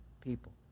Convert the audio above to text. people